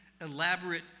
elaborate